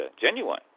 genuine